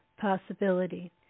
possibility